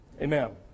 Amen